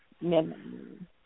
men